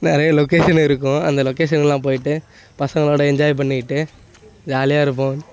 நிறையா லொக்கேஷன் இருக்கும் அந்த லொக்கேஷன்க்குலாம் போயிட்டு பசங்களோடு என்ஜாய் பண்ணிக்கிட்டு ஜாலியாக இருப்போம்